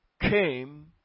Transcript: came